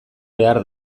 behar